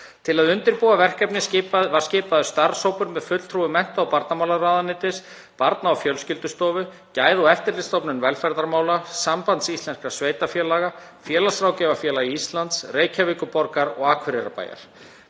Til að undirbúa verkefnið var skipaður starfshópur með fulltrúum mennta- og barnamálaráðuneytisins, Barna- og fjölskyldustofu, Gæða- og eftirlitsstofnun velferðarmála, Sambands íslenskra sveitarfélaga, Félagsráðgjafafélags Íslands, Reykjavíkurborgar og Akureyrarbæjar.